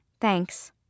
Thanks